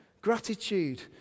Gratitude